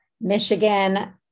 Michigan